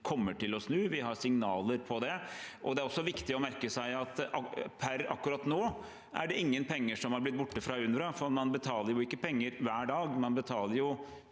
kommer til å snu. Vi har signaler på det. Det er også viktig å merke seg at per akkurat nå er det ingen penger som har blitt borte fra UNRWA, for man betaler ikke penger hver dag. Man betaler i